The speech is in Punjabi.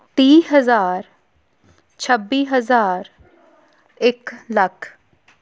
ਤੀਹ ਹਜ਼ਾਰ ਛੱਬੀ ਹਜ਼ਾਰ ਇੱਕ ਲੱਖ